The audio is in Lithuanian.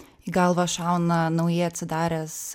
į galvą šauna naujai atsidaręs